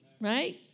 right